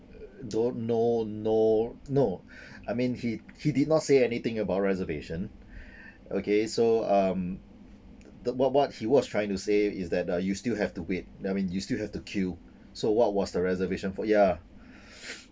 don't no no no I mean he he did not say anything about reservation okay so um th~ what what he was trying to say is that uh you still have to wait I mean you still have to queue so what was the reservation for ya